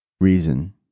reason